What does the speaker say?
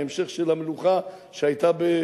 ההמשך של המלוכה שהיתה,